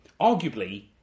arguably